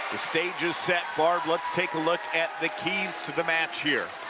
the stage is set, barb, let'stake a look at the keys to the match here.